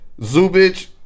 Zubich